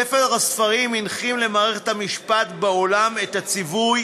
ספר הספרים הנחיל למערכת המשפט בעולם את הציווי